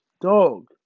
Dog